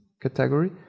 category